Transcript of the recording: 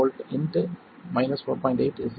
7 V 4